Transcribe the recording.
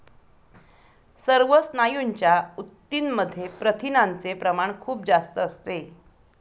सर्व स्नायूंच्या ऊतींमध्ये प्रथिनांचे प्रमाण खूप जास्त असते